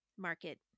market